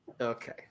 Okay